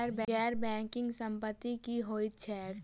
गैर बैंकिंग संपति की होइत छैक?